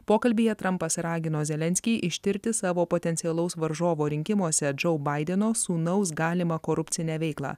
pokalbyje trampas ragino zelenskį ištirti savo potencialaus varžovo rinkimuose džou baideno sūnaus galimą korupcinę veiklą